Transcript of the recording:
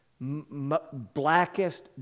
blackest